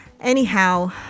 Anyhow